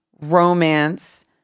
romance